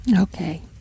Okay